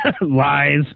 Lies